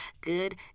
good